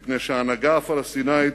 מפני שההנהגה הפלסטינית